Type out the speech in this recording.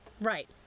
Right